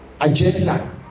agenda